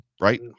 right